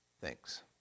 Thanks